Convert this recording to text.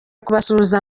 kubasuhuza